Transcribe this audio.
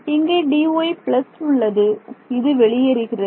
இங்கே உள்ளது இது வெளியேறுகிறது